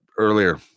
earlier